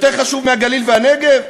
יותר חשוב מהגליל והנגב?